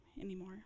anymore